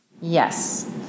Yes